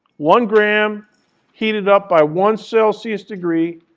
one gram heated up by one celsius degree,